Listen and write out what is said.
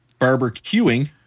barbecuing